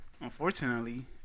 Unfortunately